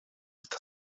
gyda